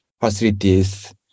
facilities